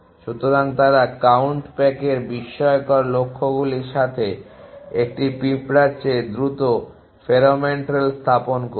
সুতরাং তারা কাউন্ট প্যাকের বিস্ময়কর লক্ষ্যগুলির সাথে একটি পিঁপড়ার চেয়ে দ্রুত ফেরোমন ট্রেইল স্থাপন করবে